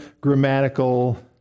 grammatical